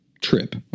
trip